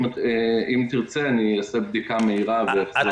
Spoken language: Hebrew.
אם תרצה, אעשה בדיקה מהירה ואחזור עם תשובה.